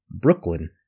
Brooklyn